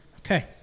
Okay